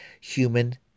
human